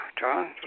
John